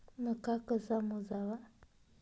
मका कसा मोजावा?